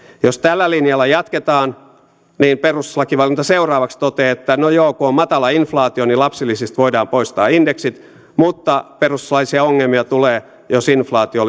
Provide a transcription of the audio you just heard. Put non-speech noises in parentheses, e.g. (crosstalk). jos tällä linjalla jatketaan niin perustuslakivaliokunta seuraavaksi toteaa että no joo kun on matala inflaatio niin lapsilisistä voidaan poistaa indeksit mutta perustuslaillisia ongelmia tulee jos inflaatio (unintelligible)